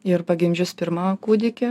ir pagimdžius pirmą kūdikį